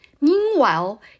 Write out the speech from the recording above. Meanwhile